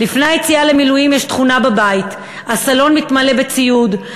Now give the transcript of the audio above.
"לפני היציאה למילואים יש תכונה בבית: הסלון מתמלא בציוד,